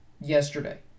yesterday